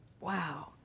Wow